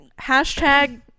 Hashtag